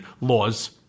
laws